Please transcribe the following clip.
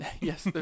Yes